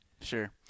sure